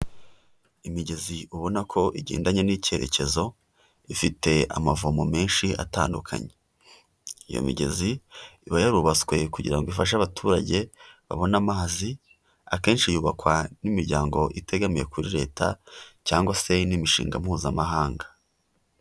Imigezi ubona ko igendanye n'icyerekezo ifite amavomo menshi atandukanye, iyo migezi iba yarubatswe kugira ngo ifashe abaturage babone amazi, akenshi yubakwa n'imiryango itegamiye kuri Leta cyangwa se n'imishinga mpuzamahanga.